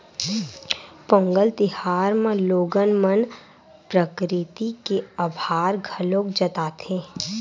पोंगल तिहार म लोगन मन प्रकरिति के अभार घलोक जताथे